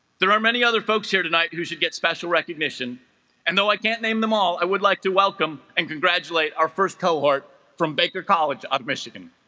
there are many other folks here tonight who should get special recognition and though i can't name them all i would like to welcome and congratulate our first cohort from baker college of michigan